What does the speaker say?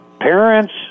parents